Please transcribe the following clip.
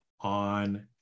on